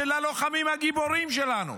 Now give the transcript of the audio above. של הלוחמים הגיבורים שלנו.